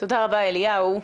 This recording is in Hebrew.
תודה רבה, אליהו.